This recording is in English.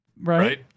Right